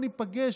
בוא ניפגש,